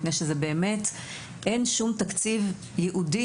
מפני שאין שום תקציב ייעודי,